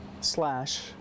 slash